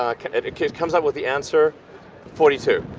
um it it comes up with the answer forty two.